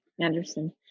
Anderson